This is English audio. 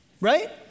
right